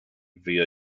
via